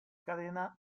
cadena